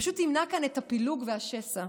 פשוט תמנע כאן את הפילוג והשסע,